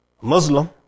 Muslim